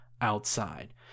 outside